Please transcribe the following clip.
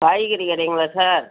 காய்கறிக் கடைங்களா சார்